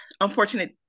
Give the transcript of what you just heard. unfortunate